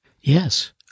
Yes